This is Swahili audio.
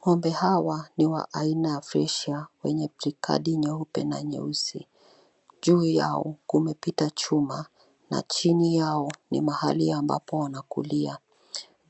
Ngombe hawa ni wa aina ya Fresian wenye plikadi nyeupe na nyeusi. Juu yao kumepita chuma na chini yao ni mahali ambapo wanakulia.